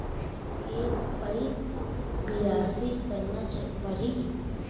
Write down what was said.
के पइत बियासी करना परहि?